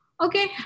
Okay